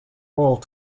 role